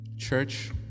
church